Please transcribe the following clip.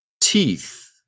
teeth